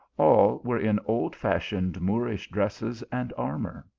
all were in old-fashioned moorish dress es and armour.